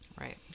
Right